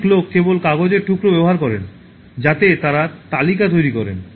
অনেক লোক কেবল কাগজের টুকরো ব্যবহার করেন যাতে তাঁরা তালিকা তৈরি করেন